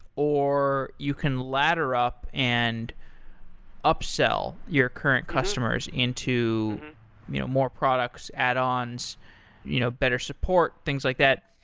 or you can ladder up and upsell your current customers into you know more products, add-ons, you know better support, things like that.